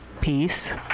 peace